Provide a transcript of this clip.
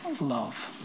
love